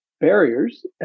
barriers